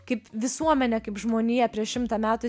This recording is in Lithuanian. kaip visuomenė kaip žmonija prieš šimtą metų